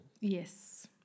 Yes